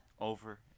Over